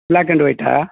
black and white